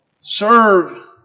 Serve